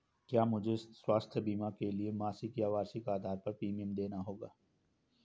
क्या मुझे स्वास्थ्य बीमा के लिए मासिक या वार्षिक आधार पर प्रीमियम देना होगा?